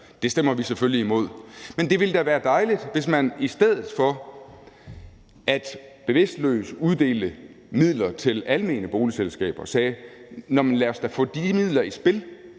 Det stemmer vi selvfølgelig imod. Men det ville da være dejligt, hvis man i stedet for bevidstløst at uddele midler til almene boligselskaber sagde: Nå, men lad os da få de midler i spil,